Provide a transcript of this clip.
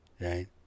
right